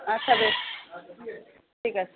আচ্ছা বেশ ঠিক আছে